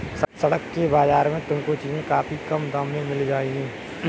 सड़क के बाजार में तुमको चीजें काफी कम दाम में मिल जाएंगी